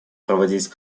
проводить